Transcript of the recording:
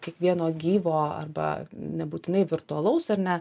kiekvieno gyvo arba nebūtinai virtualaus ar ne